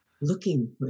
looking